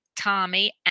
tommy